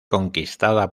conquistada